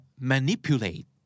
Manipulate